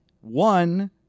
one